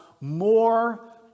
more